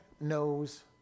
knows